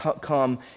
come